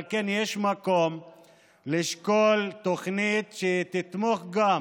על כן יש מקום לשקול תוכנית שתתמוך גם